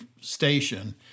station